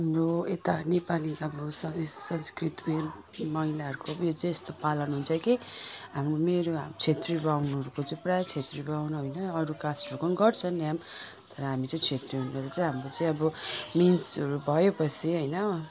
हाम्रो यता नेपाली अब संस्कृत महिनाहरूको यस्तो पालन हुन्छ कि हाम्रो मेरो छेत्री बाहुनहरूको चाहिँ प्रायः छेत्री बाहुन होइन अरू कास्टहरूको पनि गर्छ नियम तर हामी चाहिँ छेत्री हुनाले चाहिँ हाम्रो चाहिँ अब मिन्सहरू भए पछि होइन